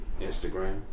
Instagram